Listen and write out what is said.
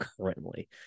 currently